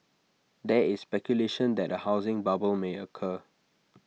there is speculation that A housing bubble may occur